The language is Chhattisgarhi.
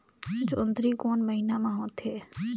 जोंदरी कोन महीना म होथे?